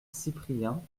cyprien